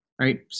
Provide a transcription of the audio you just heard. right